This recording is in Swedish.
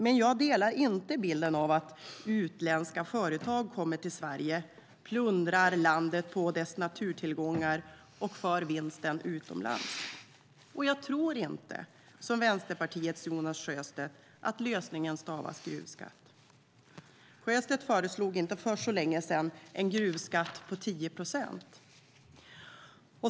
Men jag delar inte bilden av att utländska företag kommer till Sverige, plundrar landet på dess naturtillgångar och för vinsten utomlands. Jag tror inte, som Vänsterpartiets Jonas Sjöstedt, att lösningen stavas gruvskatt. För inte så länge sedan föreslog Sjöstedt en gruvskatt på 10 procent.